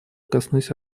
коснусь